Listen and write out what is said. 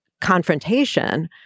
confrontation